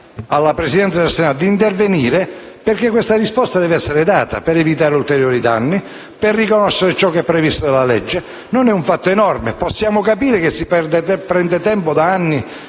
alla Presidenza del Senato di intervenire perché questa risposta deve essere data per evitare ulteriori danni e per riconoscere ciò che è previsto dalla legge. Non è un fatto enorme. Possiamo capire che si prenda tempo da anni